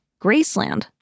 Graceland